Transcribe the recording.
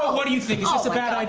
what do you think? ah so